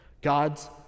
God's